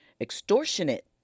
extortionate